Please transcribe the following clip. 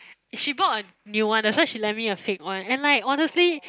she bought a new one that's why she lend me a fake one and like honestly